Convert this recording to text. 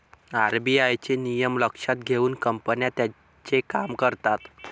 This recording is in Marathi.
आर.बी.आय चे नियम लक्षात घेऊन कंपन्या त्यांचे काम करतात